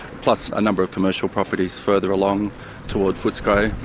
plus a number of commercial properties further along towards footscray,